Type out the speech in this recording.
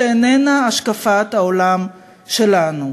שאיננה השקפת העולם שלנו.